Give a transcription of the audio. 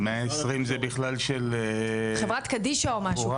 120 זה בכלל של נורה, חברת קדישא או משהו.